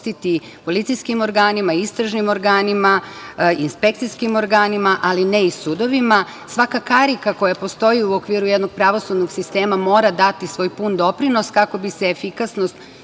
policijskim organima, istražnim organima, inspekcijskim organima, ali ne i sudovima. Svaka karika koja postoji u okviru jednog pravosudnog sistema mora dati svoj pun doprinos, kako bi se efikasnost